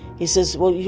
he says, well,